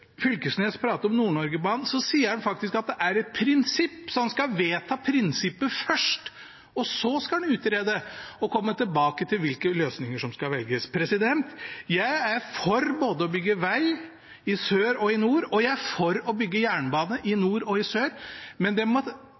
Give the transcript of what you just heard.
Fylkesnes prater om Nord-Norge-banen, hører jeg han faktisk sier at det er et prinsipp. Så han skal vedta prinsippet først – og så skal han utrede og komme tilbake til hvilke løsninger som skal velges. Jeg er for å bygge veg både i sør og i nord, og jeg er for å bygge jernbane i nord og i sør, men det må